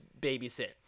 babysit